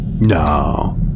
no